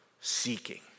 seeking